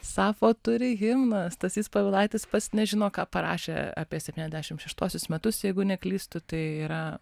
sapfo turi himną stasys povilaitis pats nežino ką parašė apie septyniasdešimt šeštuosius metus jeigu neklystu tai yra